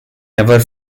never